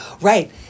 Right